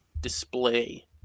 display